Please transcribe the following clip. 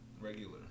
regular